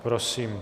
Prosím.